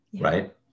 right